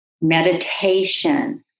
meditation